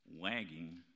wagging